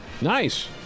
Nice